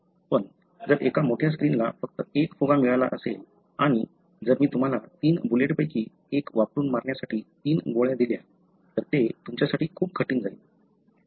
पण जर एका मोठ्या स्क्रीनला फक्त एक फुगा मिळाला असेल आणि जर मी तुम्हाला 3 बुलेटपैकी एक वापरून मारण्यासाठी 3 गोळ्या दिल्या तर ते तुमच्यासाठी खूप कठीण जाईल